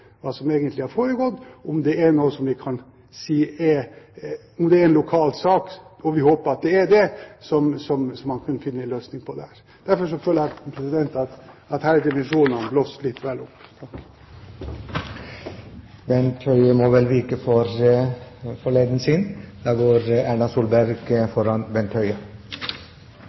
hva som egentlig har foregått, om det er en lokal sak – vi håper at det er det – så man kan finne en løsning på dette. Jeg føler at her er dimensjonene blåst litt vel opp.